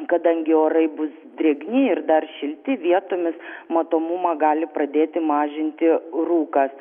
kadangi orai bus drėgni ir dar šilti vietomis matomumą gali pradėti mažinti rūkas